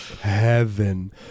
heaven